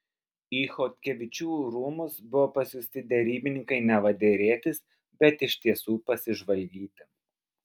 į chodkevičių rūmus buvo pasiųsti derybininkai neva derėtis bet iš tiesų pasižvalgyti